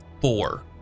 four